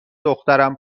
دخترم